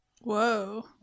Whoa